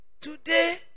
Today